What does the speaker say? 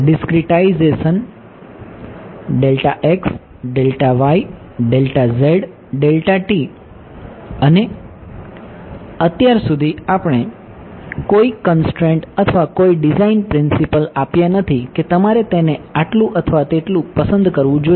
discretization અને અત્યાર સુધી આપણે કોઈ કન્સ્ટ્રેંટ અથવા કોઈ ડિઝાઇન પ્રિન્સિપલ આપ્યા નથી કે તમારે તેને આટલું અથવા તેટલું પસંદ કરવું જોઈએ